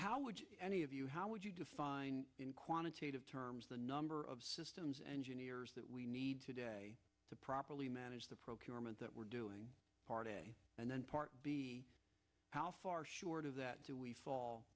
how would any of you how would you define quantitative terms the number of systems engineers that we need today to properly manage the procurement that we're doing part a and then part b how far short of that do we fall